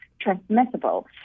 transmissible